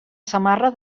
samarra